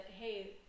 hey